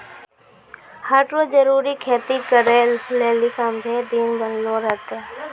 हर रो जरूरी खेती करै लेली सभ्भे दिन बनलो रहतै